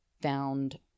found